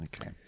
Okay